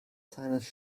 seines